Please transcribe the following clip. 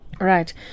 Right